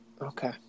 okay